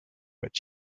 but